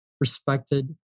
respected